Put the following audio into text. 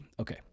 Okay